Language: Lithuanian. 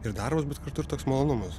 ir darbas bet kartu ir toks malonumas